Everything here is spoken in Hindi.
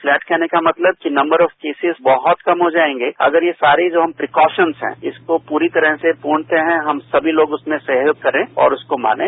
फ्लैट के आने का मतलब कि नम्बर ऑफ केसेज बहत कम हो जायेंगे अगर ये सारे जो प्रीकोशन्स हैं इसको पूरी तरह से पूर्णतया हम समी लोग सहयोग करें और उसको मानें